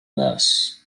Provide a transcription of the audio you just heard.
mess